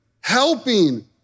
helping